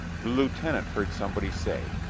the lieutenant heard somebody say,